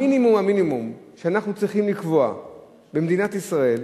המינימום של המינימום שאנחנו צריכים לקבוע במדינת ישראל,